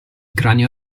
cranio